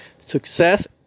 Success